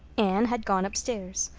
anne had gone upstairs.